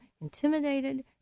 intimidated